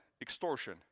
extortion